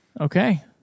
okay